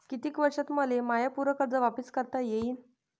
कितीक वर्षात मले माय पूर कर्ज वापिस करता येईन?